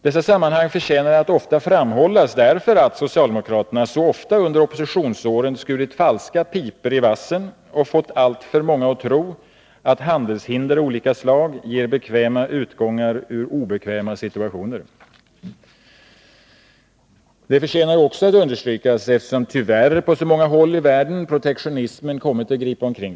Dessa sammanhang förtjänar att ofta framhållas, därför att socialdemokraterna så ofta under oppositionsåren har skurit falska pipor i vassen och fått alltför många att tro att handelshinder av olika slag ger bekväma utgångar ur obekväma situationer. De förtjänar att understrykas också därför att protektionismen tyvärr har gripit omkring sig på så många håll i världen.